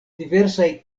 diversaj